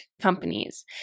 companies